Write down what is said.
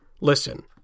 listen